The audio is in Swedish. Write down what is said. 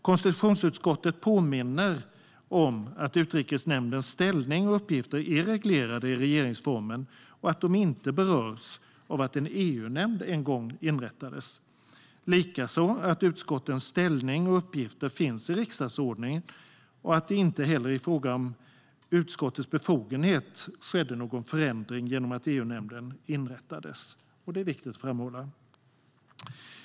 Konstitutionsutskottet påminner om att Utrikesnämndens ställning och uppgifter är reglerade i regeringsformen och att de inte berörs av att en EU-nämnd en gång inrättades, likaså att utskottens ställning och uppgifter finns i riksdagsordningen och att det inte heller i fråga om utskottens befogenheter skedde någon förändring genom att EU-nämnden inrättades. Det är viktigt att framhålla.